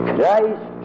Christ